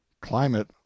climate